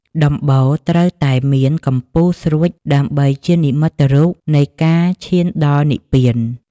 ដំបូល ត្រូវតែមានកំពូលស្រួចដើម្បីជានិមិត្តរូបនៃការឈានដល់និព្វាន។